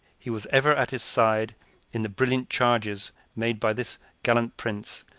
he was ever at his side in the brilliant charges made by this gallant prince,